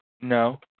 No